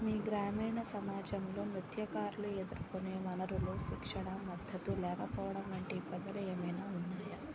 మీ గ్రామీణ సమాజంలో ముఖ్యంగా మీరు ఎదురుకునే వనరులు శిక్షణ మద్దతు లేకపోవడం వంటి ఇబ్బందులు ఏమైనా ఉన్నాయా